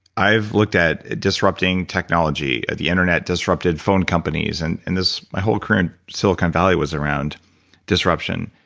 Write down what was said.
i've looked at disrupting technology, at the internet disrupted phone companies, and and this. my whole career in silicon valley was around disruption.